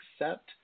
accept